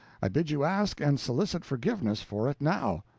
i bid you ask and solicit forgiveness for it now.